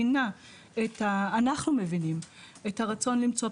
אנחנו מבינים את הרצון למצוא פתרון,